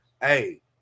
hey